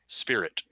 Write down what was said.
spirit